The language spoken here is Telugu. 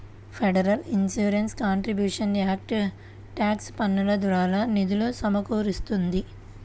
federal insurance contributions act tax పన్నుల ద్వారా నిధులు సమకూరుస్తుంది